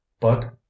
But